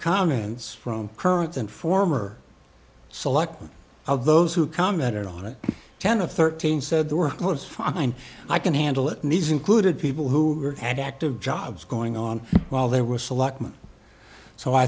comments from current and former selectman of those who commented on it ten to thirteen said the work was fine i can handle it needs included people who had active jobs going on while they were s